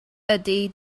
ydy